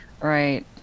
Right